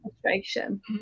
frustration